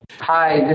Hi